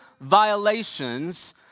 violations